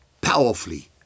powerfully